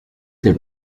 their